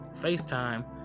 FaceTime